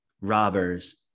robbers